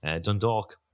Dundalk